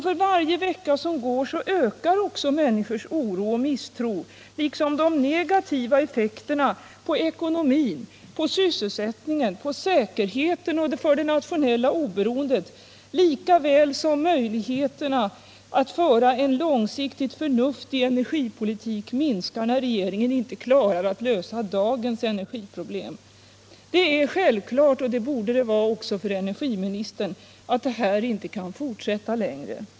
För varje vecka som går ökar också människors oro och misstro liksom de negativa effekterna på ekonomin, sysselsättningen, säkerheten och det internationella oberoendet lika väl som möjligheterna att föra en långsiktigt förnuftig energipolitik minskar när regeringen inte klarar att lösa dagens energiproblem. Det är självklart, och det borde det vara också för energiministern, att detta inte kan fortsätta längre.